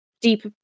deep